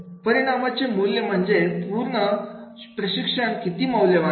परिणामाचे मूल्य म्हणजे पूर्ण प्रशिक्षण किती मौल्यवान आहे